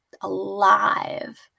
alive